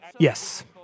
Yes